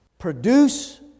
produce